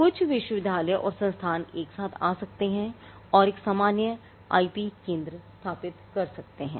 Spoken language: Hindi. कुछ विश्वविद्यालय और संस्थान एक साथ आ सकते हैं और एक सामान्य आईपी केंद्र स्थापित कर सकते हैं